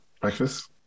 breakfast